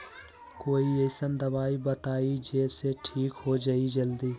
कोई अईसन दवाई बताई जे से ठीक हो जई जल्दी?